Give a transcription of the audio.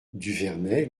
duvernet